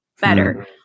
better